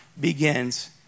begins